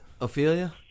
Ophelia